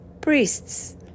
priests